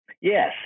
Yes